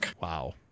Wow